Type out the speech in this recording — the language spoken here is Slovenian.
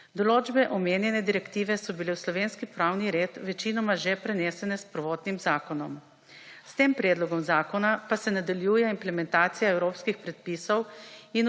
Določbe omenjene direktive so bile v slovenski pravni red večinoma že prenesene s prvotnim zakonom. S tem predlogom zakona pa se nadaljuje implementacija evropskih predpisov